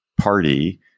party